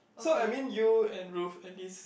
so I mean you and Ruff and this